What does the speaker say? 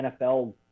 NFL